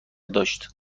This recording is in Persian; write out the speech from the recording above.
داشت